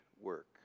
work